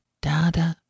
Dada